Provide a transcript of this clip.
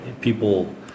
people